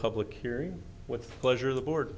public hearing with pleasure the board